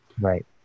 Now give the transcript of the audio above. Right